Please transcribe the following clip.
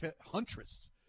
Huntress